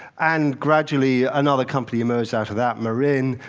and gradually another company emerged out of that, marin,